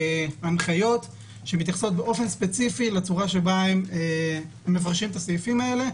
הנחיות שמתייחסות באופן ספציפי לצורה שבה הם מפרשים את הסעיפים הללו.